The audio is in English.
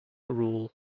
rule